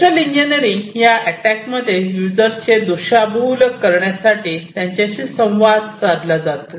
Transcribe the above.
social engineering या अटॅकमध्ये युजर्सचे दिशाभूल करण्यासाठी त्याच्याशी संवाद साधला जातो